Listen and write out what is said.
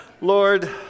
Lord